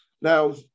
Now